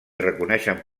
reconeixen